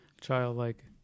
childlike